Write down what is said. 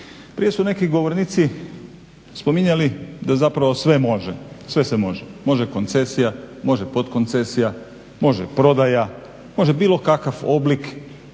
Prije su neki govornici spominjali da zapravo sve može, sve se može. Može koncesija, može podkoncesija, može prodaja, može bilo kakav oblik